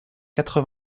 quatre